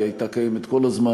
היא הייתה קיימת כל הזמן,